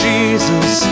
Jesus